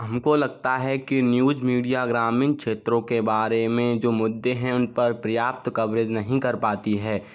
हमको लगता है कि न्यूज मीडिया ग्रामीण क्षेत्रों के बारे में जो मुद्दे हैं उन पर पर्याप्त कवरेज नहीं कर पाती है